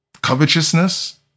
Covetousness